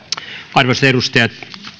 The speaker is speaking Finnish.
arvoisat edustajat